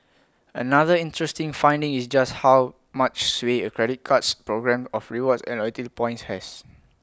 another interesting finding is just how much sway A credit card's programme of rewards and loyalty points has